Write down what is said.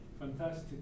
fantastic